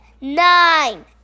nine